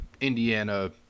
Indiana